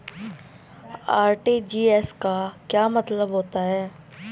RTGS का क्या मतलब होता है?